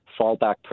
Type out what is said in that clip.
fallback